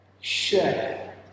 share